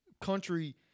country